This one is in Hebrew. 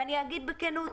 ואני אומר בכנות,